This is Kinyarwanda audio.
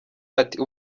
ati